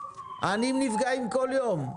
העניים נפגעים בכל יום.